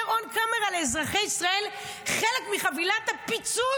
אומר on camera לאזרחי ישראל: חלק מחבילת הפיצוי